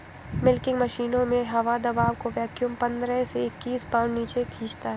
milking मशीनों में हवा दबाव को वैक्यूम पंद्रह से इक्कीस पाउंड नीचे खींचता है